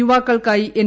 യുവാക്കൾക്കായി N